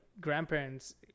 grandparents